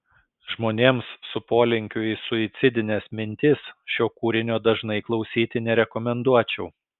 žmonėms su polinkiu į suicidines mintis šio kūrinio dažnai klausyti nerekomenduočiau